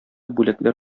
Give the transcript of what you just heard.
бүләкләр